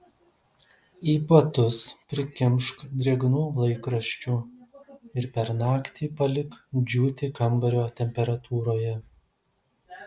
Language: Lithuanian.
į batus prikimšk drėgnų laikraščių ir per naktį palik džiūti kambario temperatūroje